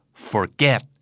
Forget